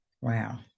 Wow